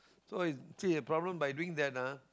so is actually the problem by doing that ah